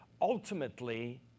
ultimately